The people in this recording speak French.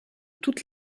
toutes